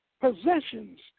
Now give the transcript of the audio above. possessions